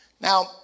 Now